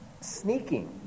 sneaking